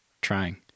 trying